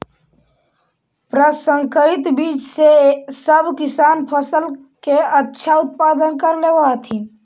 प्रसंकरित बीज से सब किसान फसल के अच्छा उत्पादन कर लेवऽ हथिन